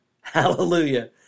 Hallelujah